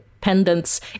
pendants